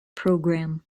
program